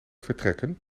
vertrekken